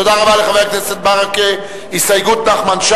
חבר הכנסת נחמן שי, הסתייגותך נכללה